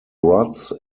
rods